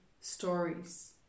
stories